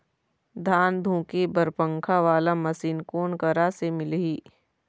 धान धुके बर पंखा वाला मशीन कोन करा से मिलही?